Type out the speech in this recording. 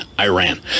Iran